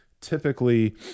typically